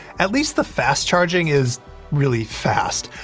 at least the fast charging is really fast.